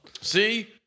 See